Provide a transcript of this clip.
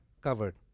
covered